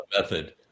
method